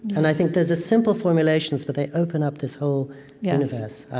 and i think those a simple formulations, but they open up this whole universe yes.